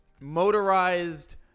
motorized